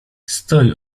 stoi